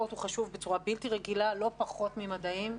ספורט חשוב בצורה בלתי רגילה, ולא פחות ממדעים.